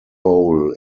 bowl